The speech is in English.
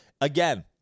Again